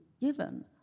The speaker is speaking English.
given